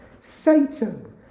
Satan